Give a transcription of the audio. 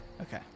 Okay